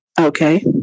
Okay